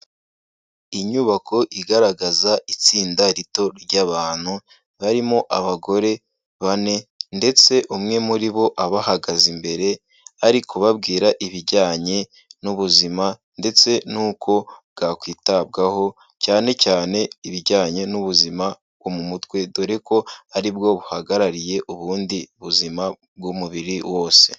Inyubako igaragaza itsinda rito ry'abantu, barimo abagore bane ndetse umwe muri bo abahagaze imbere, ari kubabwira ibijyanye n'ubuzima ndetse n'uko bwakwitabwaho cyane cyane ibijyanye n'ubuzima bwo mu mutwe, dore ko ari bwo buhagarariye ubundi buzima bw'umubiri wose.